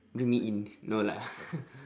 bring me in no lah